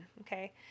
Okay